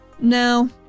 No